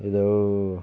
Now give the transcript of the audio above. ಇದು